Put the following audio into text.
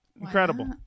incredible